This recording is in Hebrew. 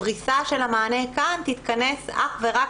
הפריסה של המענה כאן תתכנס אך ורק